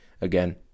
again